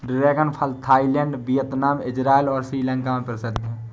dragon फल Thailand, Vietnam, Israel और श्रीलंका में प्रसिद्ध है